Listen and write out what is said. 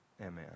amen